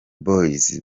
boyz